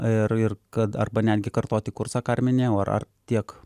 ir ir kad arba netgi kartoti kursą ką ir minėjau ar ar tiek